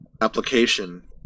application